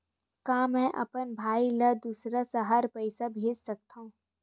का मैं अपन भाई ल दुसर शहर पईसा भेज सकथव?